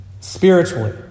spiritually